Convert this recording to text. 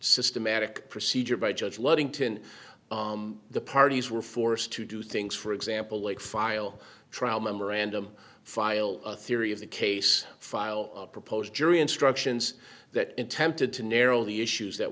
systematic procedure by judge ludington the parties were forced to do things for example like file trial memorandum file theory of the case file a proposed jury instructions that in tempted to narrow the issues that